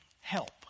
help